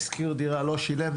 אם הוא השכיר דירה ולא שילם,